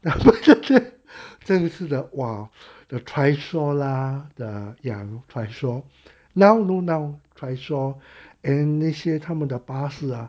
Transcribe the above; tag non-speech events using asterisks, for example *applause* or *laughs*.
*laughs* 然后真是的 !wow! the trishaw lah the ya trishaw now no now trishaw and 那些他们的巴士啊